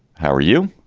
how are you?